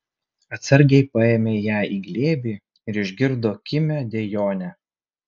atsargiai paėmė ją į glėbį ir išgirdo kimią dejonę